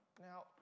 Now